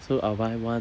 so I'll buy one